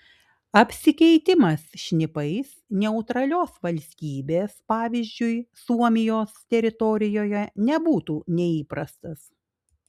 apsikeitimas šnipais neutralios valstybės pavyzdžiui suomijos teritorijoje nebūtų neįprastas